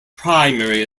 primary